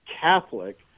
Catholic